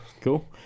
cool